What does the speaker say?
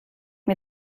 mir